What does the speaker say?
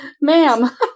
Ma'am